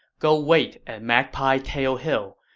go wait at magpie tail hill,